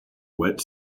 wet